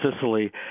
Sicily